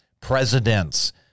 presidents